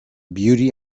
beauty